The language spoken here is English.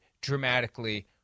dramatically